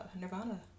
Nirvana